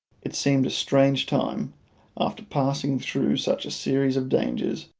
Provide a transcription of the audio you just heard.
it seemed a strange time after passing through such a series of dangers,